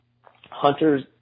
hunters